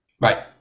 right